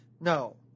No